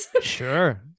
Sure